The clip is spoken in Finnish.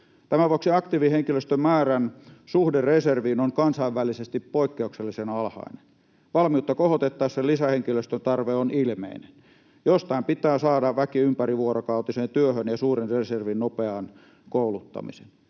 Tämän vuoksi aktiivihenkilöstön määrän suhde reserviin on kansainvälisesti poikkeuksellisen alhainen. Valmiutta kohotettaessa lisähenkilöstön tarve on ilmeinen. Jostain pitää saada väki ympärivuorokautiseen työhön ja suuren reservin nopeaan kouluttamiseen.